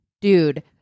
Dude